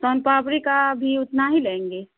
سون پاپڑی کا بھی اتنا ہی لیں گی